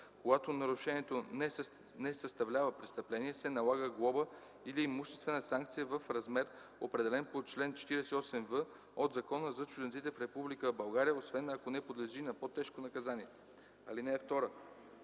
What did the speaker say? когато нарушението не съставлява престъпление, се налага глоба или имуществена санкция в размер, определен по чл. 48в от Закона за чужденците в Република България, освен ако не подлежи на по-тежко наказание. (2)